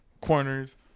corners